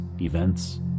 events